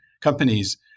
companies